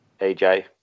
AJ